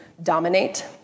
dominate